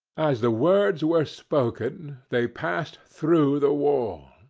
as the words were spoken, they passed through the wall,